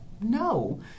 No